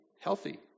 healthy